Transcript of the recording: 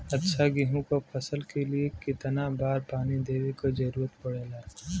अच्छा गेहूँ क फसल के लिए कितना बार पानी देवे क जरूरत पड़ेला?